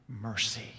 mercy